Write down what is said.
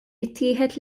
ittieħed